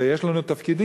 ויש לנו תפקידים.